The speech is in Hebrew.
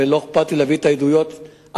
ולא אכפת לי להביא את העדויות החדשות,